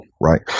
right